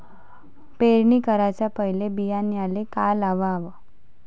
पेरणी कराच्या पयले बियान्याले का लावाव?